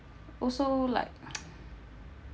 also like